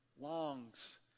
longs